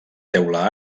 teula